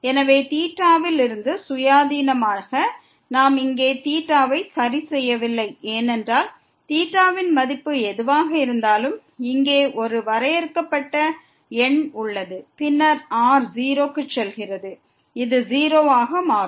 எனவே வில் இருந்து சுயாதீனமாக நாம் இங்கே வை சரிசெய்யவில்லை ஏனென்றால் வின் மதிப்பு எதுவாக இருந்தாலும் இங்கே ஒரு வரையறுக்கப்பட்ட எண் உள்ளது பின்னர் r 0 க்கு செல்கிறது இது 0 ஆக மாறும்